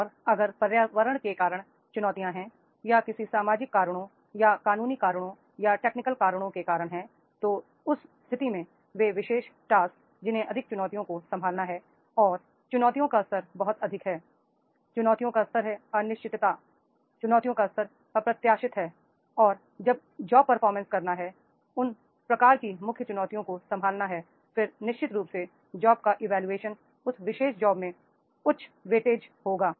और अगर पर्यावरण के कारण चुनौतियाँ हैं या किसी सामाजिक कारणों या कानूनी कारणों या टेक्निकल कारणों के कारण हैं तो उस स्थिति में ये विशेष टास्क जिन्हें अधिक चुनौतियों को संभालना है और चुनौतियों का स्तर बहुत अधिक है चुनौतियों का स्तर है अनिश्चितता चुनौतियों का स्तर अप्रत्याशित है और फिर जॉब परफॉर्म करना है उन प्रकार की मुख्य चुनौतियों को संभालना है फिर निश्चित रूप से जॉब का इवोल्यूशन उस विशेष जॉब में उच्च भार होगा